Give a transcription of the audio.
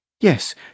Yes